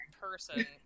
person